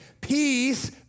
peace